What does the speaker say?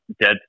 dead